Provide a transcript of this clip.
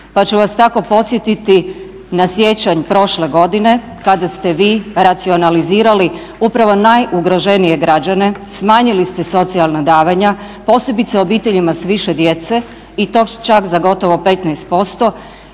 pa ću vas tako podsjetiti na siječanj prošle godine kada ste vi racionalizirali upravo najugroženije građane, smanjili ste socijalna davanja, posebice obiteljima s više djece i to čak za gotovo 15%